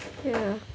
ya